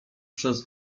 przez